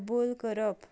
कबूल करप